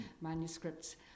manuscripts